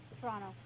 Toronto